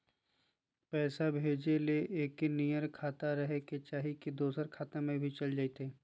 पैसा भेजे ले एके नियर खाता रहे के चाही की दोसर खाता में भी चलेगा जयते?